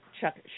Chuck